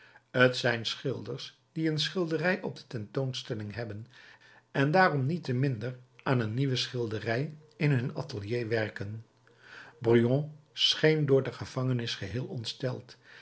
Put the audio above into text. t zijn schilders die een schilderij op de tentoonstelling hebben en daarom niet te minder aan een nieuwe schilderij in hun atelier werken brujon scheen door de gevangenis geheel ontsteld